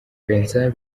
vincent